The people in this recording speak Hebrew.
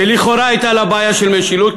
שלכאורה הייתה לה בעיה של משילות,